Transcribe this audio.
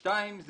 שניים,